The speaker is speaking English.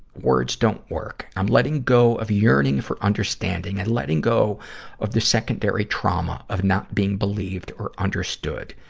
words don't work. i'm letting go of yearning for understanding and letting go of the secondary trauma of not being believed or understood.